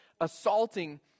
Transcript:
assaulting